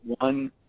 one